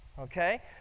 Okay